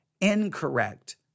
incorrect